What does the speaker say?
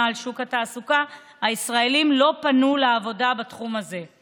על שוק התעסוקה הישראלים לא פנו לעבודה בתחום הזה.